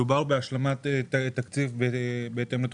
מדובר בהשלמת תקציב בהתאם לתכנית החומש לבינוי